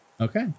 Okay